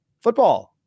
football